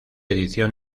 edición